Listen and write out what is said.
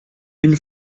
une